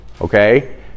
Okay